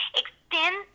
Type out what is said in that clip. extend